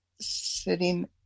sitting